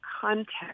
context